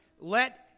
Let